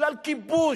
בגלל כיבוש,